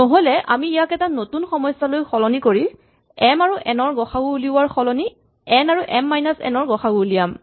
নহ'লে আমি ইয়াক এটা নতুন সমস্যালৈ সলনি কৰি এম আৰু এন ৰ গ সা উ উলিওৱাৰ সলনি এন আৰু এম মাইনাচ এন ৰ গ সা উ উলিয়াম